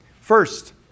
First